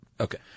Okay